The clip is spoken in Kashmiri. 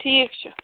ٹھیٖک چھُ